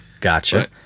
Gotcha